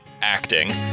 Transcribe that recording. acting